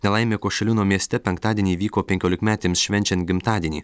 nelaimė košilino mieste penktadienį įvyko penkiolikmetėms švenčiant gimtadienį